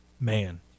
Man